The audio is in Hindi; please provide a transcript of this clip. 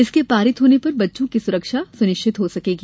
इसके पारित होने पर बच्चों की सुरक्षा सुनिश्चित हो सकेगी